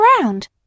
around